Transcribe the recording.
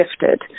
shifted